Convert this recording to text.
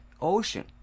ocean